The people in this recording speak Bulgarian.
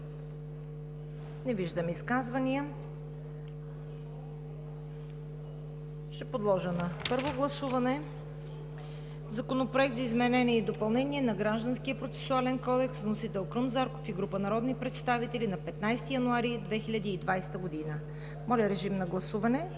Не виждам. Ще подложа на първо гласуване Законопроекта за изменение и допълнение на Гражданския процесуален кодекс, вносител Крум Зарков и група народни представители на 15 януари 2020 г. Гласували